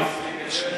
מסכימים.